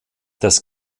das